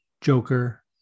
Joker